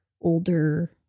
older